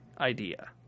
idea